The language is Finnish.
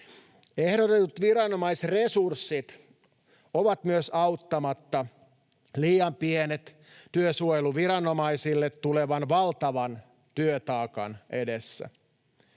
Ehdotetut viranomaisresurssit ovat myös auttamatta liian pienet työsuojeluviranomaisille tulevan valtavan työtaakan edessä.